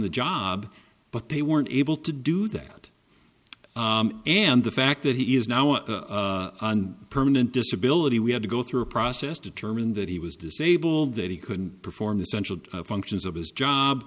the job but they weren't able to do that and the fact that he is now on permanent disability we had to go through a process to determine that he was disabled that he couldn't perform essential functions of his job